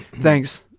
Thanks